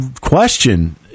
question